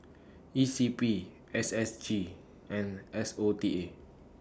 E C P S S G and S O T A